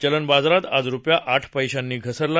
चलन बाजारात आज रुपया आठ पैशांनी घसरला